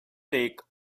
take